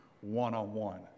one-on-one